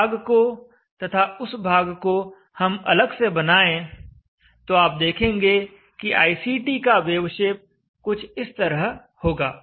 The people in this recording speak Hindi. इस भाग को तथा उस भाग को हम अलग से बनाएं तो आप देखेंगे कि iCT का वेवशेप कुछ इस तरह होगा